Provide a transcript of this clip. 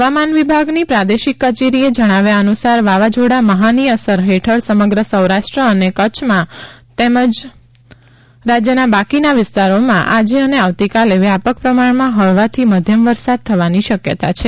હવામાન વિભાગની પ્રાદેશિક કચેરીએ જણાવ્યા અનુસાર વાવાઝોડા મહાની અસર હેઠળ સમગ્ર સૌરાષ્ટ્ર અને કચ્છમાં તેમજ રાજ્યના બાકીના વિસ્તારોમાં આજે અને આવતીકાલે વ્યાપક પ્રમાણમાં હળવાથી મધ્યમ વરસાદ થવાની શક્યતા છે